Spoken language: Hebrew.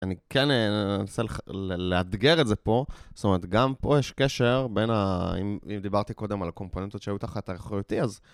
אני כן אנסה לאתגר את זה פה, זאת אומרת, גם פה יש קשר בין ה... אם דיברתי קודם על קומפוננטות שהיו תחת אחריותי אז...